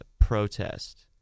protest